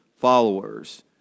followers